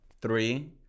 Three